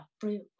fruit